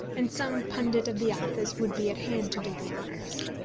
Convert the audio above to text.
and some pundit of the office would be at hand to do the honours.